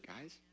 guys